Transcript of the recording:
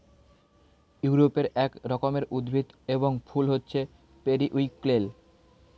ইউরোপে এক রকমের উদ্ভিদ এবং ফুল হচ্ছে পেরিউইঙ্কেল